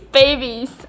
babies